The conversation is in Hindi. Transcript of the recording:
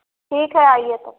ठीक है आइए तब